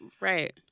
right